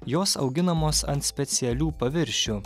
jos auginamos ant specialių paviršių